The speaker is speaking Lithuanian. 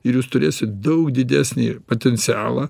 ir jūs turėsit daug didesnį potencialą